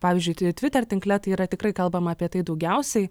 pavyzdžiui tvi twitter tinkle tai yra tikrai kalbama apie tai daugiausiai